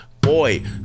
boy